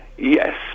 Yes